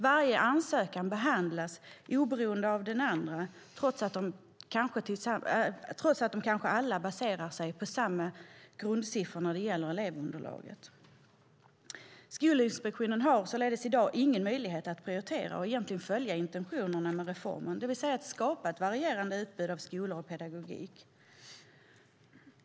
Varje ansökan behandlas oberoende av de andra trots att kanske alla baserar sig på samma grundsiffror när det gäller elevunderlag. Skolinspektionen har således i dag ingen möjlighet att prioritera och följa intentionerna med reformen, det vill säga att skapa ett varierat utbud av skolor och pedagogik.